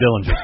Dillinger